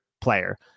player